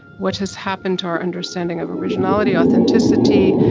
what has happened to our understanding of originality, authenticity,